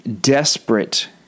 desperate